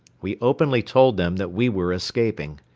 we openly told them that we were escaping.